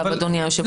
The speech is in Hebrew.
אדוני היושב-ראש,